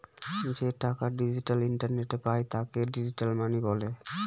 যে টাকা ডিজিটাল ইন্টারনেটে পায় তাকে ডিজিটাল মানি বলে